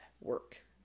work